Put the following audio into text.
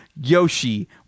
Yoshi